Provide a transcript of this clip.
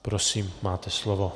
Prosím, máte slovo.